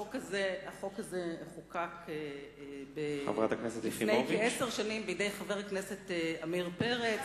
החוק הזה חוקק לפני כעשר שנים בידי חבר הכנסת עמיר פרץ,